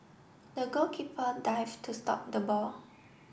the goalkeeper dived to stop the ball